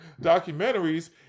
documentaries